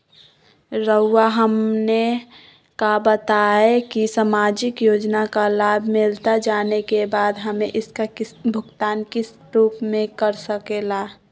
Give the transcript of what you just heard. रहुआ हमने का बताएं की समाजिक योजना का लाभ मिलता जाने के बाद हमें इसका भुगतान किस रूप में कर सके ला?